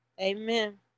Amen